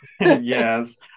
yes